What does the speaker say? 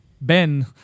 Ben